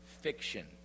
fiction